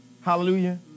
Hallelujah